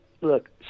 look